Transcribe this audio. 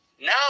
No